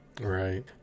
right